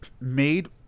made